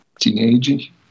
teenage